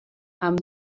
amb